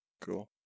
Cool